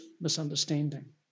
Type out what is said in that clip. misunderstanding